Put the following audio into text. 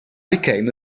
became